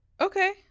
Okay